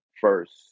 first